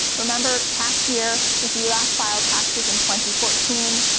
remember tax year if you last filed taxes in twenty fourteen,